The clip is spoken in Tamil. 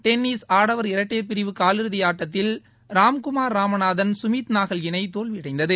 டென்னிஸ் ஆடவர் இரட்டையர் பிரிவு காலிறுதி ஆட்டத்தில் ராம்குமார் ராமநாதன் சுமித்நாகல் இணை தோல்வியடைந்தது